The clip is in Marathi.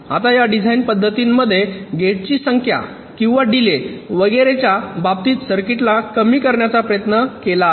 आता या डिझाइन पध्दतीमध्ये गेट्सची संख्या किंवा डीले वगैरेच्या बाबतीत सर्किटला कमी करण्याचा प्रयत्न केला आहे